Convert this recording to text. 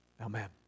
Amen